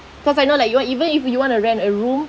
cause I know like you're even if you want to rent a room